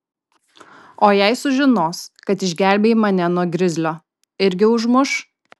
o jei sužinos kad išgelbėjai mane nuo grizlio irgi užmuš